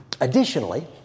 additionally